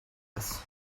this